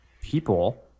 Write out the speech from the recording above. people